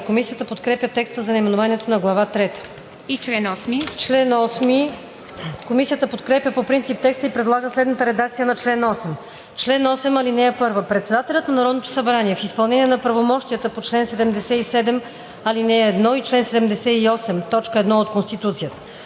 Комисията подкрепя текста за наименованието на Глава трета. Комисията подкрепя по принцип текста и предлага следната редакция на чл. 8: „Чл. 8. (1) Председателят на Народното събрание в изпълнение на правомощията по чл. 77, ал. 1 и чл. 78, т. 1 от Конституцията: